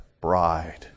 bride